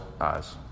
eyes